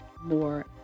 more